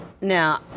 now